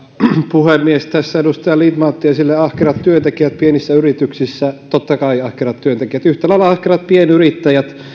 puhemies tässä edustaja lindtman otti esille ahkerat työntekijät pienissä yrityksissä totta kai ahkerat työntekijät yhtälailla ahkerat pienyrittäjät